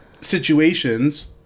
situations